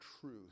truth